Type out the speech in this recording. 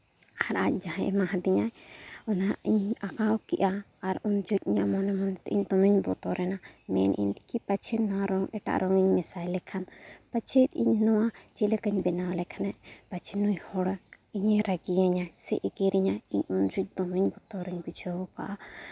ᱟᱨ ᱟᱡ ᱡᱟᱦᱟᱸᱭ ᱮᱢᱟᱣᱟᱫᱤᱧᱟ ᱚᱱᱟ ᱤᱧ ᱟᱸᱠᱟᱣ ᱠᱮᱫᱼᱟ ᱟᱨ ᱩᱱ ᱡᱚᱠᱷᱚᱱ ᱢᱚᱱᱮ ᱢᱚᱱᱮ ᱛᱮ ᱤᱧ ᱫᱚᱢᱮᱧ ᱵᱚᱛᱚᱨᱮᱱᱟ ᱢᱮᱱ ᱮᱫᱟᱹᱧ ᱠᱤ ᱯᱟᱪᱷᱮ ᱱᱚᱣᱟ ᱨᱚᱝ ᱮᱴᱟᱜ ᱨᱚᱝ ᱤᱧ ᱢᱮᱥᱟᱭ ᱞᱮᱠᱷᱟᱱ ᱯᱟᱪᱷᱮ ᱤᱧ ᱱᱚᱣᱟ ᱪᱮᱫ ᱞᱮᱠᱟᱧ ᱵᱮᱱᱟᱣ ᱞᱮᱠᱷᱟᱱ ᱯᱟᱪᱷᱮ ᱱᱩᱭ ᱦᱚᱲᱟᱜ ᱤᱧᱮ ᱨᱟᱹᱜᱤᱭᱟᱹᱧᱟᱹᱭ ᱥᱮ ᱮᱜᱮᱨᱤᱧᱟᱹᱭ ᱤᱧ ᱩᱱ ᱡᱚᱠᱷᱚᱱ ᱫᱚᱢᱮ ᱵᱚᱛᱚᱨᱤᱧ ᱵᱩᱡᱷᱟᱹᱣ ᱟᱠᱟᱫᱼᱟ